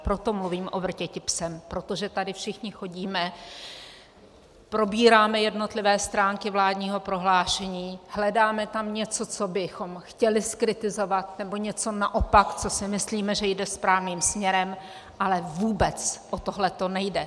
Proto mluvím o vrtěti psem, protože tady všichni chodíme, probíráme jednotlivé stránky vládního prohlášení, hledáme tam něco, co bychom chtěli zkritizovat, nebo něco naopak, co si myslíme, že jde správným směrem, ale vůbec o tohle nejde.